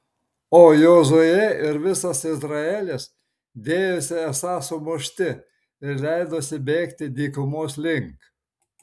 o jozuė ir visas izraelis dėjosi esą sumušti ir leidosi bėgti dykumos link